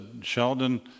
Sheldon